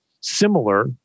similar